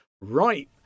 right